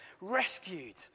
rescued